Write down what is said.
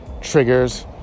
triggers